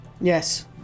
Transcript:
Yes